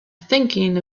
thinking